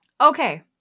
Okay